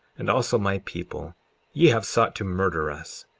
and also my people ye have sought to murder us,